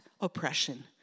oppression